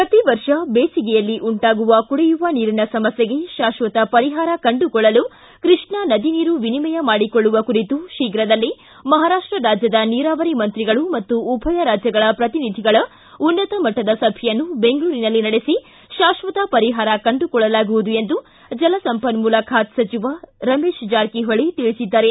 ಪ್ರತಿವರ್ಷ ಬೇಸಿಗೆಯಲ್ಲಿ ಉಂಟಾಗುವ ಕುಡಿಯುವ ನೀರಿನ ಸಮಸ್ನೆಗೆ ಶಾಸ್ತತ ಪರಿಹಾರ ಕಂಡುಕೊಳ್ಳಲು ಕೃಷ್ಣಾ ನದಿ ನೀರು ವಿನಿಮಯ ಮಾಡಿಕೊಳ್ಳುವ ಕುರಿತು ಶೀಘ್ರದಲ್ಲೇ ಮಹಾರಾಷ್ಷ ರಾಜ್ಯದ ನೀರಾವರಿ ಮಂತ್ರಿಗಳು ಮತ್ತು ಉಭಯ ರಾಜ್ಯಗಳ ಪ್ರತಿನಿಧಿಗಳ ಉನ್ನತಮಟ್ಟದ ಸಭೆಯನ್ನು ಬೆಂಗಳೂರಿನಲ್ಲಿ ನಡೆಸಿ ಶಾಸ್ವತ ಪರಿಹಾರ ಕಂಡುಕೊಳ್ಳಲಾಗುವುದು ಎಂದು ಜಲಸಂಪನ್ನೂಲ ಖಾತೆ ಸಚಿವ ರಮೇಶ್ ಜಾರಕಿಹೊಳಿ ತಿಳಿಸಿದ್ದಾರೆ